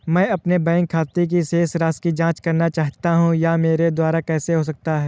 मैं अपने बैंक खाते की शेष राशि की जाँच करना चाहता हूँ यह मेरे द्वारा कैसे हो सकता है?